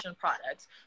products